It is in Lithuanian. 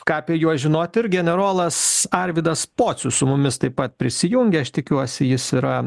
ką apie juos žinoti ir generolas arvydas pocius su mumis taip pat prisijungė aš tikiuosi jis yra